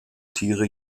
tiere